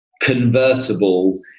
convertible